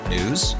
News